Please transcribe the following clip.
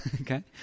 Okay